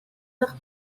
дахь